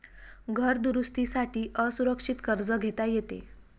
घर दुरुस्ती साठी असुरक्षित कर्ज घेता येते